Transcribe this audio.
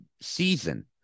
season